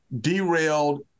derailed